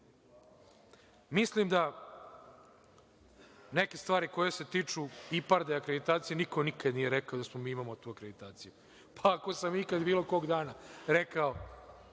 Mislim da neke stvari koje se tiču IPARD akreditacije niko nikad nije rekao da mi imamo tu akreditaciju. Pa, ako sam ikad, bilo kog dana, rekao,